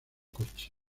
coche